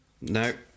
No